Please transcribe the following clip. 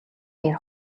дээр